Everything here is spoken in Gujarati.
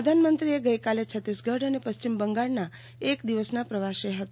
પ્રધાનમંત્રી આજે છત્તીસગઢ અને પશ્ચિમ બંગાળના એક દિવસના પ્રવાસે હતા